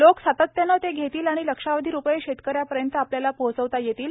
लोक सातत्यानं ते घेतील आणि लक्षावधी रुपये शेतकऱ्यापर्यंत आपल्याला पोहोचवता येतील